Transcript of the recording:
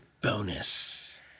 bonus